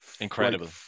Incredible